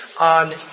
on